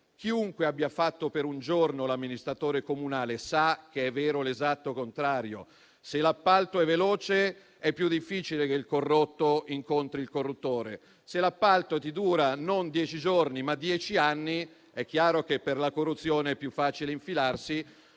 Chiunque abbia fatto per un giorno l'amministratore comunale sa che è vero l'esatto contrario. Se l'appalto è veloce, è più difficile che il corrotto incontri il corruttore. Se l'appalto dura non dieci giorni, ma dieci anni, è chiaro che è più facile che si